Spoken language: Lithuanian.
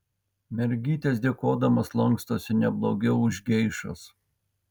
mergytės dėkodamos lankstosi ne blogiau už geišas